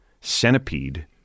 centipede